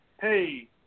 hey